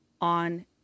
On